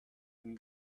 and